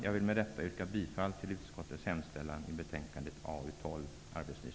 Jag vill med detta yrka bifall till utskottets hemställan i betänkandet AU12